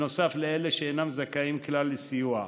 נוסף לאלה שאינם זכאים לסיוע כלל.